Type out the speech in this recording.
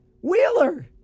Wheeler